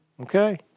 okay